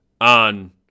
on